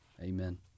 Amen